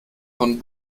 von